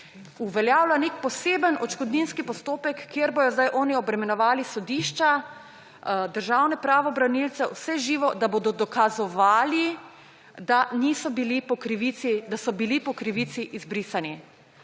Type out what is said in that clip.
uveljavlja nek poseben odškodninski postopek, kjer bodo zdaj oni obremenjevali sodišča, državne pravobranilce, vse živo, da bodo dokazovali, da so bili po krivici izbrisani.